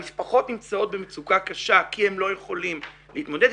המשפחות נמצאות במצוקה קשה כי הם לא יכולים להתמודד.